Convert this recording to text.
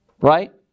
right